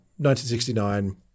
1969